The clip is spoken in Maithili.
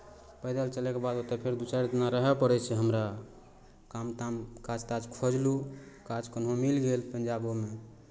पैदल चलयके बाद ओतय फेर दू चारि दिना रहए पड़ै छै हमरा काम ताम काज ताज खोजलहुँ काज कोनो मिल गेल पंजाबोमे